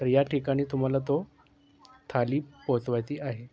तर या ठिकाणी तुम्हाला तो थाळी पोचवायची आहे